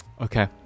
Okay